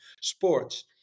sports